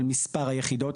על מספר היחידות,